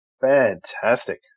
Fantastic